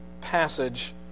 passage